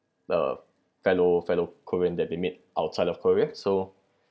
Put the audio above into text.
uh fellow fellow korean that they meet outside of korea so